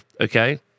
okay